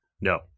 No